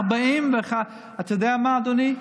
141. אתה יודע מה, אדוני?